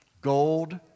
Gold